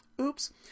Oops